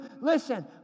Listen